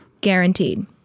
Guaranteed